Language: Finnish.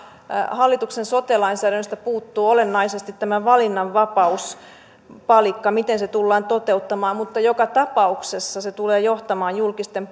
hallituksen sote lainsäädännöstä puuttuu olennaisesti tämä valinnanvapauspalikka miten se tullaan toteuttamaan mutta joka tapauksessa se tulee johtamaan julkisten